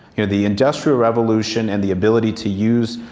you know, the industrial revolution and the ability to use